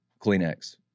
Kleenex